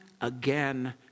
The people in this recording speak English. again